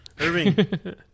Irving